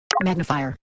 Magnifier